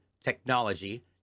technology